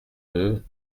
deux